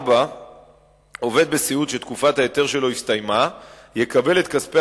4. עובד בסיעוד שתקופת ההיתר שלו הסתיימה יקבל את כספי